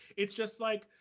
it's just like,